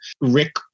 Rick